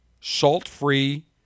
salt-free